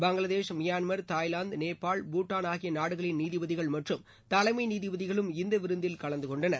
Bangladesh Myanmar Thailand Nepal Bhutan ஆகிய நாடுகளின் நீதிபதிகள் மற்றும் தலைமை நீதிபதிகளும் இந்த விருந்தில் கலந்து கொண்டனர்